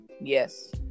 Yes